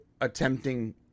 attempting